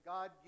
God